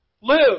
Live